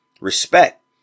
respect